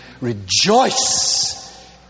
rejoice